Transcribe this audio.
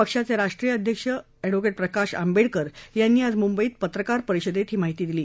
पक्षाचे राष्ट्रीय अध्यक्ष प्रकाश आंबेडकर यांनी आज मुंबईत पत्रकार परिषदेत ही माहिती दिली